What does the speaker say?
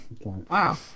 Wow